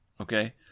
Okay